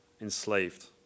enslaved